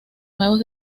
nuevos